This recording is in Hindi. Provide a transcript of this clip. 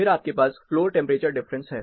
फिर आपके पास फ्लोर टेंपरेचर डिफरेंसेस है